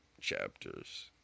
chapters